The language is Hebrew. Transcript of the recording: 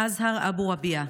אזהר אבו רביע,